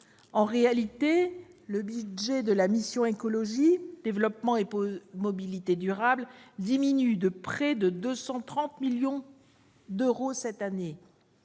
En réalité, les crédits de la mission « Écologie, développement et mobilité durables » diminuent de près de 230 millions d'euros cette année.